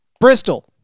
Bristol